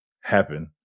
happen